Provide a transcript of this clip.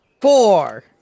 Four